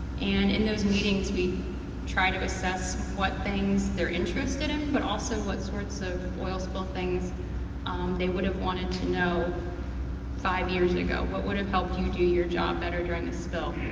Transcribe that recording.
and in those meetings we try to assess what things they're interested in, but also what sorts of oil spill things um they would've wanted to know five years ago. what would've helped you do your job better during the spill?